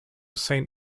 saint